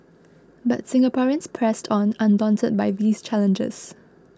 but Singaporeans pressed on undaunted by these challenges